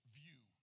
view